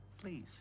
Please